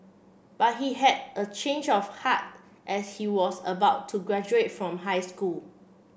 but he had a change of heart as he was about to graduate from high school